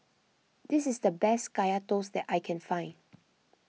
this is the best Kaya Toast that I can find